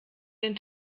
den